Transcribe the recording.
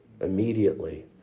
immediately